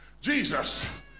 Jesus